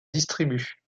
distribue